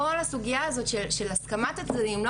כל הסוגייה הזאת של הסכמת הצדדים או לא